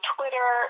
Twitter